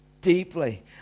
deeply